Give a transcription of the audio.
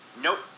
Nope